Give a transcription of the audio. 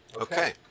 Okay